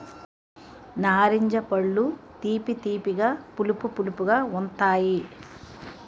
నారింజ పళ్ళు తీపి తీపిగా పులుపు పులుపుగా ఉంతాయి